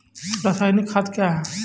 रसायनिक खाद कया हैं?